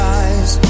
eyes